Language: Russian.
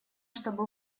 чтобы